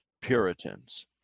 Puritans